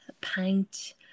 paint